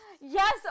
Yes